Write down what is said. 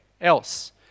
else